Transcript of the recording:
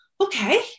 okay